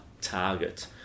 target